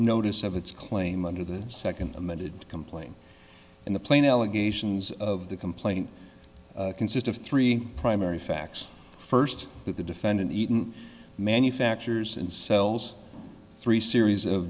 notice of its claim under the second amended complaint and the plane allegations of the complaint consist of three primary facts first that the defendant eaton manufactures and sells three series of